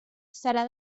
serà